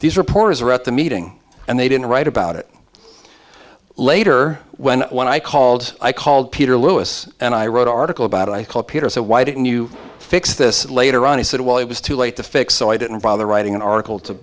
these reporters are at the meeting and they didn't write about it later when when i called i called peter lewis and i wrote an article about i called peter so why didn't you fix this later on he said well it was too late to fix so i didn't bother writing an article